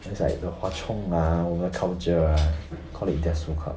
it's like the hwa chong lah 我们的 culture ah call it desu club